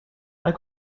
i’ve